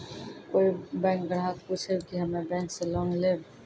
कोई बैंक ग्राहक पुछेब की हम्मे बैंक से लोन लेबऽ?